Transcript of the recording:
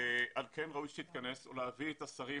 על כן ראוי שהוועדה תתכנס או להביא את השרים